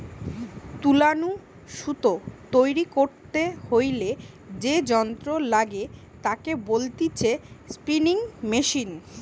তুলো নু সুতো তৈরী করতে হইলে যে যন্ত্র লাগে তাকে বলতিছে স্পিনিং মেশিন